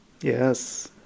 Yes